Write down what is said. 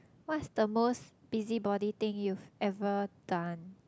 what's the most busybody thing you've ever done